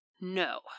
No